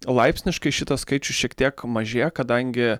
laipsniškai šitas skaičius šiek tiek mažėja kadangi